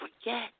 forget